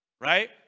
Right